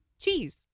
cheese